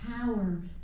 power